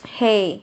!hey!